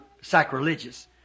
sacrilegious